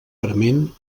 prement